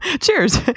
Cheers